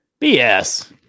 BS